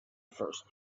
first